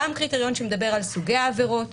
גם קריטריון שמדבר על סוגי העבירות,